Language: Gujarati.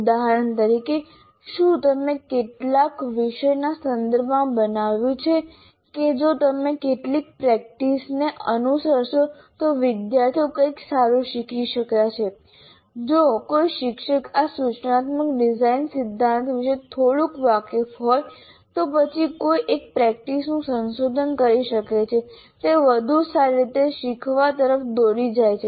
ઉદાહરણ તરીકે શું તમે કેટલાક વિષયના સંદર્ભમાં બનાવ્યું છે કે જો તમે કેટલીક પ્રેક્ટિસને અનુસરશો તો વિદ્યાર્થીઓ કંઈક સારું શીખી શક્યા છે જો કોઈ શિક્ષક આ સૂચનાત્મક ડિઝાઇન સિદ્ધાંતો વિશે થોડુંક વાકેફ હોય તો પછી કોઈ એક પ્રેક્ટિસનું સંશોધન કરી શકે છે જે વધુ સારી રીતે શીખવા તરફ દોરી જાય છે